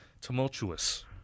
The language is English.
tumultuous